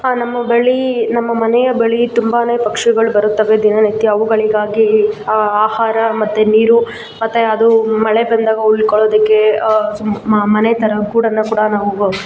ಹಾಂ ನಮ್ಮ ಬಳಿ ನಮ್ಮ ಮನೆಯ ಬಳಿ ತುಂಬಾ ಪಕ್ಷಿಗಳು ಬರುತ್ತವೆ ದಿನನಿತ್ಯ ಅವುಗಳಿಗಾಗಿ ಆಹಾರ ಮತ್ತು ನೀರು ಮತ್ತು ಅದು ಮಳೆ ಬಂದಾಗ ಉಳ್ಕೊಳ್ಳೋದಕ್ಕೆ ಸುಮ್ ಮನೆ ಥರ ಗೂಡನ್ನು ಕೂಡ ನಾವು